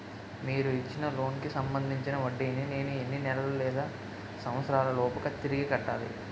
మీరు ఇచ్చిన లోన్ కి సంబందించిన వడ్డీని నేను ఎన్ని నెలలు లేదా సంవత్సరాలలోపు తిరిగి కట్టాలి?